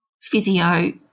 physio